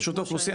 רשות האוכלוסין,